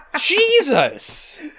Jesus